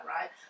right